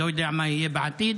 לא יודע מה יהיה בעתיד,